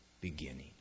beginning